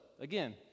again